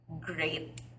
great